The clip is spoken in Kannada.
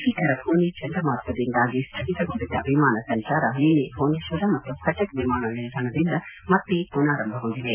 ಭೀಕರ ಘೋನಿ ಚಂಡಮಾರುತದಿಂದಾಗಿ ಸ್ವಗಿತಗೊಂಡಿದ್ದ ವಿಮಾನ ಸಂಚಾರ ನಿನ್ನೆ ಭುವನೇಶ್ವರ ಮತ್ತು ಕಟಕ್ ವಿಮಾನ ನಿಲ್ದಾಣದಿಂದ ಮತ್ತೆ ಪುನಾರಂಭಗೊಂಡಿವೆ